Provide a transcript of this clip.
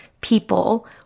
people